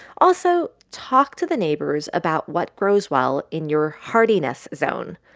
also, talk to the neighbors about what grows well in your hardiness zone.